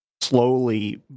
slowly